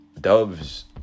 doves